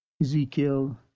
Ezekiel